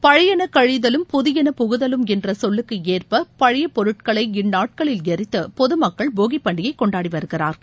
பழையென கழிதலும் புதியென புகுதலும் என்பதற்கு ஏற்ப பழைய பொருட்களை இந்நாட்களில் ளித்து பொதுமக்கள் போகி பண்டிகையை கொண்டாடி வருகிறார்கள்